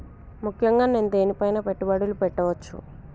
ముఖ్యంగా నేను దేని పైనా పెట్టుబడులు పెట్టవచ్చు?